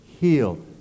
healed